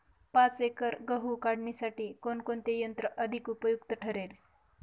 पाच एकर गहू काढणीसाठी कोणते यंत्र अधिक उपयुक्त ठरेल?